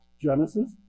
Genesis